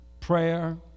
prayer